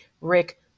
Rick